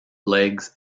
legs